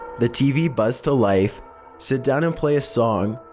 the tv buzzed to life sit down and play a song.